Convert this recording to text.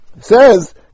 says